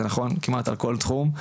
זה נכון כמעט על כל תחום.